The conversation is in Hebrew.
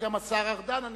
והשר ארדן.